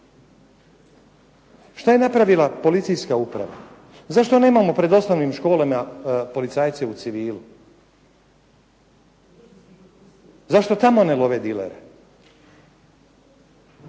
Što je napravila policijska uprava? Zašto nemamo pred osnovnim školama policajce u civilu? Zašto tamo ne love dilere?